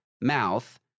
mouth